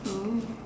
mm